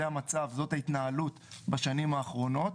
זה המצב, זו ההתנהלות בשנים האחרונות,